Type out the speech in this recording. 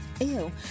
Ew